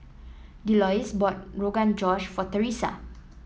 Delois bought Rogan Josh for Theresa